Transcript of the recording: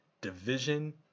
division